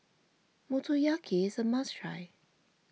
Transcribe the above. Motoyaki is a must try